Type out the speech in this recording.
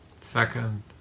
second